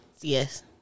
Yes